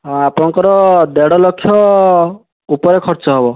ହଁ ଆପଣଙ୍କର ଦେଢ଼ ଲକ୍ଷ ଉପରେ ଖର୍ଚ୍ଚ ହେବ